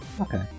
Okay